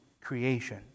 creation